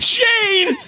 Shane